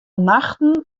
nachten